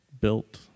built